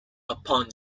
upon